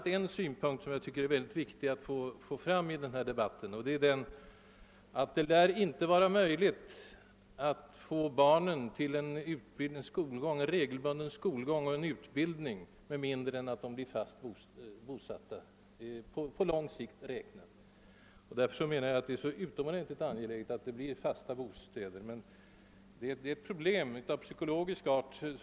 Men en synpunkt som är speciellt viktig att få framförd i denna debatt är, att det inte lär vara möjligt att få zigenarbarnen att delta i en regelbunden skolgång och utbildning med mindre än att zigenarna blir mera bofasta som andra. Därför anser jag det vara utomordentligt angeläget att zigenarna erbjudes vanliga bostäder. Där stöter man emellertid på problem av psykologisk art.